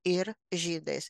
ir žydais